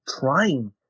trying